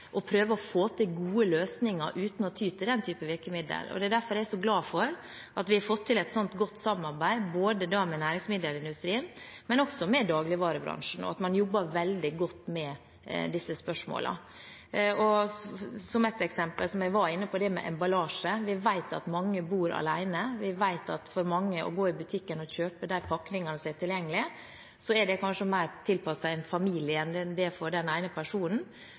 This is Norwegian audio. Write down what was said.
prøve å få til gode løsninger uten å ty til den typen virkemidler. Det er derfor jeg er så glad for at vi har fått til et så godt samarbeid, både med næringsmiddelindustrien og med dagligvarebransjen, og at man jobber veldig godt med disse spørsmålene. Et eksempel som jeg var inne på, var det med emballasje. Vi vet at mange bor alene, vi vet at mange som går i butikken for å kjøpe de pakningene som er tilgjengelige, ser at de kanskje er mer tilpasset en familie enn de er den ene personen.